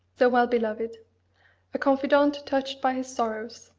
so well-beloved a confidant touched by his sorrows,